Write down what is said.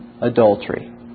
adultery